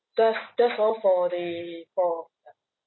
that's that's all for the for